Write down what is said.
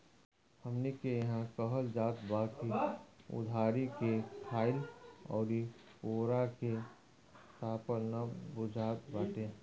हमनी के इहां कहल जात बा की उधारी के खाईल अउरी पुअरा के तापल ना बुझात बाटे